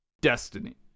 Destiny